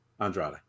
andrade